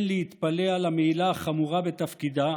אין להתפלא על המעילה החמורה בתפקידה,